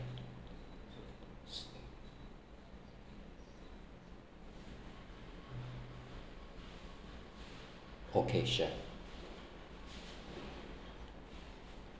okay sure